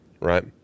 Right